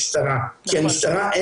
צריכים לפנות לבית משפט ולחייב את המשרד לתת